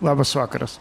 labas vakaras